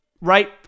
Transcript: right